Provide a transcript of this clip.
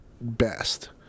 best